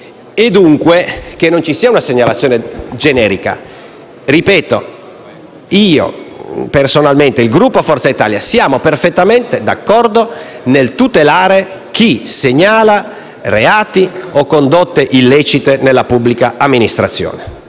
e, dunque che non ci sia una segnalazione generica. Ripeto che il Gruppo di Forza Italia ed io siamo perfettamente d'accordo nel tutelare chi segnala reati o condotte illecite nella pubblica amministrazione.